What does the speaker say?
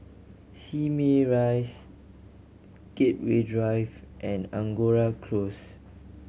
Simei Rise Gateway Drive and Angora Close